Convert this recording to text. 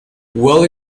well